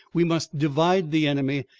we must divide the enemy,